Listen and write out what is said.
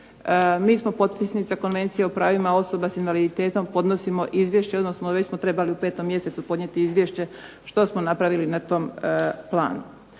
Mi smo potpisnica konvencije o pravima osoba s invaliditetom, podnosimo izvješće, odnosno već smo trebali u 5. mjesecu podnijeti izvješće što smo napravili na tom planu.